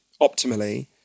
optimally